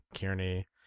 Kearney